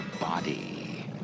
body